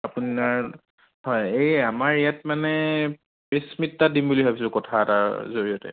আপোনাৰ হয় এই আমাৰ ইয়াত মানে প্ৰেছ মীট এটা দিম বুলি ভাবিছিলোঁ কথা এটাৰ জৰিয়তে